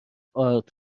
ارد